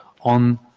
on